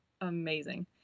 amazing